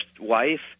wife